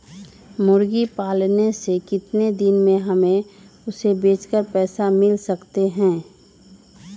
मुर्गी पालने से कितने दिन में हमें उसे बेचकर पैसे मिल सकते हैं?